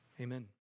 Amen